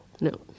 No